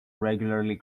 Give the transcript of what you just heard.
regularly